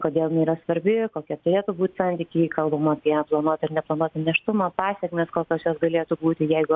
kodėl jinai yra svarbi kokie turėtų būt santykiai kalbama apie planuotą ir neplanuotą nėštumą pasekmės kaltosios galėtų būti jeigu